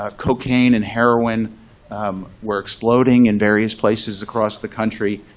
ah cocaine and heroin were exploding in various places across the country.